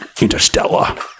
interstellar